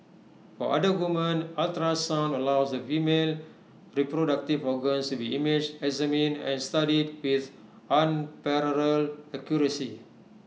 for other women ultrasound allows the female reproductive organs to be imaged examined and studied with unparalleled accuracy